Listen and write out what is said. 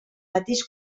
mateix